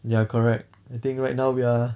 ya correct I think right now we are